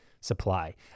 supply